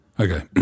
Okay